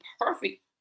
perfect